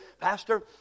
Pastor